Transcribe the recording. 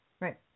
Right